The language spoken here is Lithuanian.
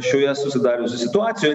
šioje susidariusioj situacijoj